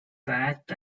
sacked